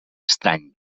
estrany